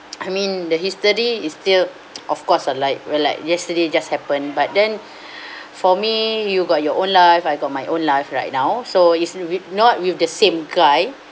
I mean the history is still of course are like were like yesterday just happen but then for me you got your own life I got my own life right now so it's with not with the same guy